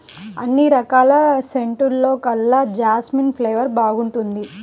అన్ని రకాల సెంటుల్లోకెల్లా జాస్మిన్ ఫ్లేవర్ బాగుంటుంది